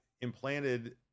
implanted